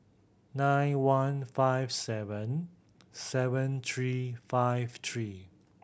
nine one five seven seven three five three